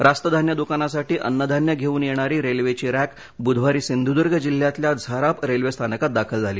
रास्त धान्य दुकानासासाठी अन्नधान्य घेऊन येणारी रेल्वेची रॅक बुधवारी सिंधूद्ग जिल्ह्यातल्या झाराप रेल्वे स्थानकात दाखल झाली